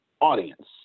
audience